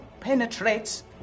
penetrates